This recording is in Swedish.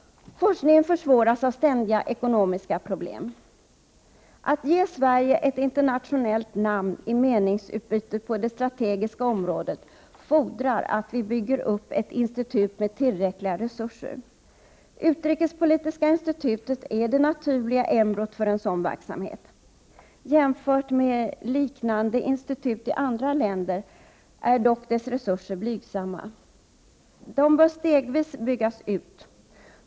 Forskningen försvåras av ständiga ekonomiska problem. För att ge Sverige ett internationellt namn i meningsutbytet på det strategiska området fordras att vi bygger upp ett institut med tillräckliga resurser. Utrikespolitiska institutet är det naturliga embryot för en sådan verksamhet. Jämfört med liknande institut i andra länder är dock dess resurser blygsamma. De bör stegvis byggas ut.